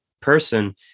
person